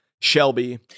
shelby